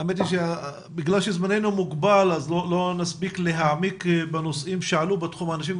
האמת בגלל שזמננו מוגבל לא נספיק להעמיק בנושאים שעלו בתחום האנשים עם